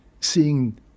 seeing